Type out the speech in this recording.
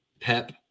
pep